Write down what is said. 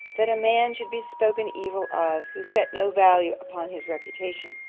that a man should be spoken evil of, who set no value upon his reputation.